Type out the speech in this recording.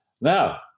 Now